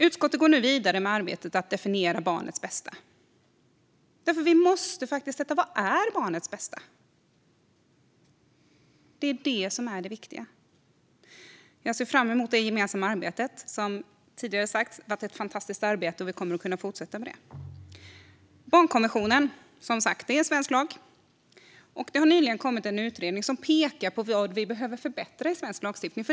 Utskottet går nu vidare med arbetet att definiera barnets bästa. Vi måste faktiskt avgöra vad barnets bästa är. Det är det viktiga. Jag ser fram emot det gemensamma arbetet. Som tidigare har sagts har arbetet varit fantastiskt, och vi kommer att kunna fortsätta med det. Barnkonventionen är nu som sagt svensk lag. Nyligen kom en utredning som pekade på vad vi behöver förbättra i svensk lagstiftning.